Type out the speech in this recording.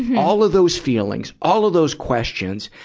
all of those feelings, all of those questions,